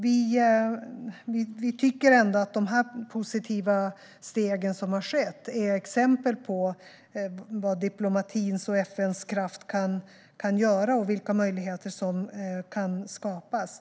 Vi tycker ändå att de positiva steg som har tagits är exempel på vad diplomatins och FN:s kraft kan göra och vilka möjligheter som kan skapas.